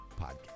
podcast